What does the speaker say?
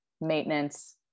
maintenance